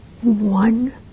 one